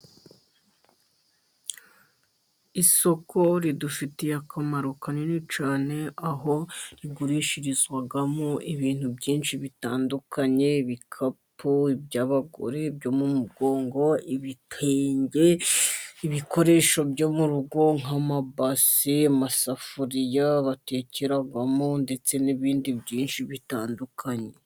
Isoko ridufitiye akamaro kanini cyane, aho igurishirizwamo ibintu byinshi bitandukanye, ibikapu by'abagore, ibyo mu mugongo, ibitenge, ibikoresho byo mu rugo, nk'amabase, amasafuriya batekeramo, ndetse n'ibindi byinshi bitandukanye.